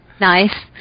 nice